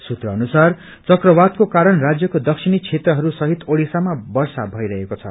सुत्र अनुसार चढ़वातको कारण राज्यको दक्षिणी क्षेत्रहयम सहित ओड़िसामा वर्षा भइरहेको छ